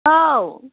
औ